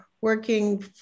working